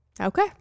Okay